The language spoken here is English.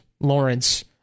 Lawrence